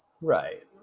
right